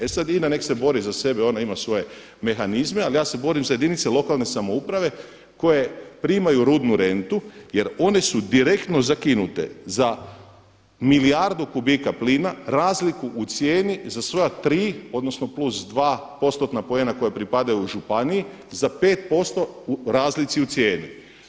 E sada INA neka se bori za sebe, ona ima svoje mehanizme ali ja se borim za jedinice lokalne samouprave koje primaju rudnu rentu jer one su direktno zakinute za milijardu kubika plina, razliku u cijeni za sva tri, odnosno plus 2 postotna poena koja pripadaju u županiji, za 5% u razlici u cijeni.